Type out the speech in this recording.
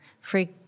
free